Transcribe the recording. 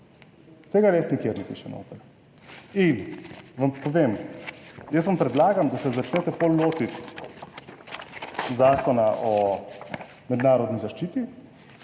Tega res nikjer ne piše noter. In vam povem, jaz vam predlagam, da se začnete pol lotiti Zakona o mednarodni zaščiti,